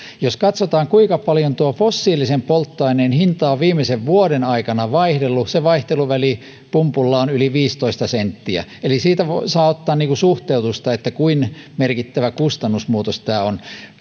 jos katsotaan kuinka paljon fossiilisen polttoaineen hinta on viimeisen vuoden aikana vaihdellut niin vaihteluväli pumpulla on yli viisitoista senttiä eli siitä saa ottaa suhteutusta siihen kuinka merkittävä kustannusmuutos tämä on